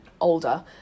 older